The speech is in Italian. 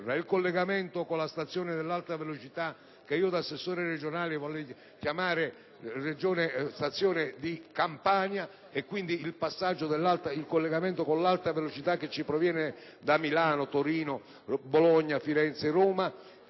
del collegamento con la stazione dell'Alta velocità (che io, da assessore regionale vorrei chiamare Stazione Campania) e quindi del collegamento con l'Alta velocità che proviene da Milano e passa per Torino, Bologna, Firenze, Roma,